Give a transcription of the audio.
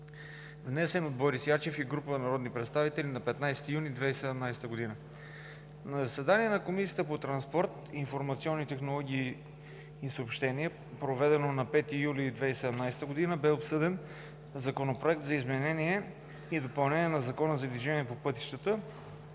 внесен от Борис Ячев и група народни представители на 15 юни 2017 г. На заседание на Комисията по транспорт, информационни технологии и съобщения, проведено на 5 юли 2017 г., бе обсъден Законопроект за изменение и допълнение на Закона за движението по пътищата,